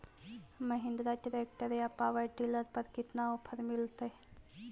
Mahindra tractor या power dealer पर कितना ओफर मीलेतय?